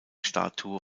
statue